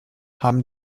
haben